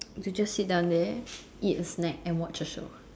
you just sit down there eat a snack and watch a show